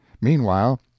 Meanwhile